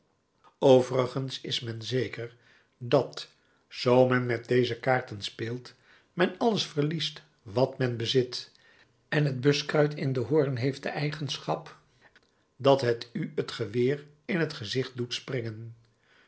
overigens is men zeker dat zoo men met deze kaarten speelt men alles verliest wat men bezit en het buskruit in den hoorn heeft de eigenschap dat het u t geweer in t gezicht doet springen